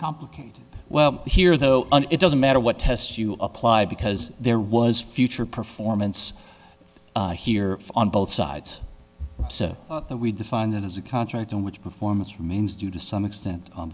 complicated well here though it doesn't matter what test you apply because there was future performance here on both sides so that we define that as a contract in which performance remains due to some extent on